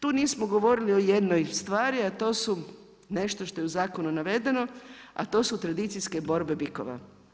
Tu nismo govorili o jednoj stvari a to su nešto što je u zakonu navedeno a to su tradicijske borbe bikova.